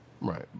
Right